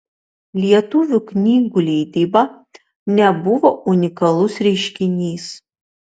lietuvių knygų leidyba nebuvo unikalus reiškinys